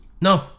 no